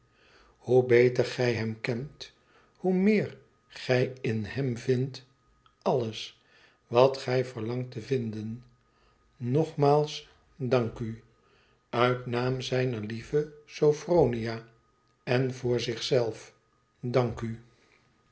hoe beter gij hem kent hoe meer gij in hem vindt alles wat gij verlangt te vinden nogmaals dank u uit naam zijner lieve sophronia en voor zich zelf dank u